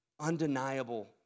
undeniable